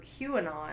QAnon